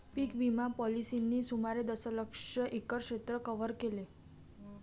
पीक विमा पॉलिसींनी सुमारे दशलक्ष एकर क्षेत्र कव्हर केले